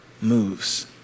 moves